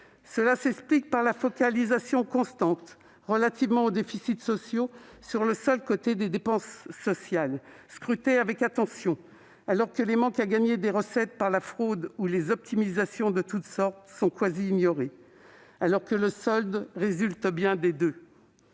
Cela s'explique par la focalisation constante, en raison des déficits sociaux, sur les seules dépenses sociales, qui sont scrutées avec attention, alors que les manques à gagner en recettes dus à la fraude ou aux optimisations de toute sorte sont quasi ignorés. Or le solde résulte bien des deux.